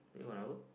is it one hour